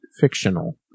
fictional